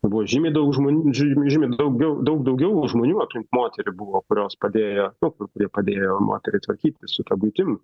buvo žymiai daugiau daug daugiau žmonių aplink moterį buvo kurios padėjo nu kur padėjo moteriai tvarkytis su ta buitim